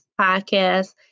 podcast